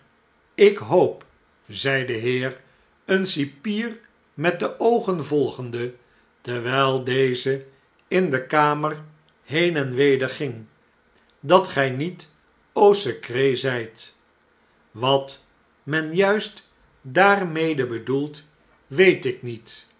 ik hoop zei de heer een cipiermet de oogen volgende terwjjl deze in de kamer heen en weder ging dat gij niet an secret zjjt wat men juist daarmede bedoelt weet ik niet